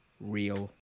real